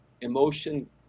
emotion